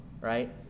right